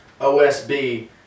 OSB